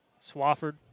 Swafford